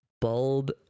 Bulb